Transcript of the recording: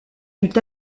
fut